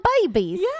babies